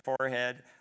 forehead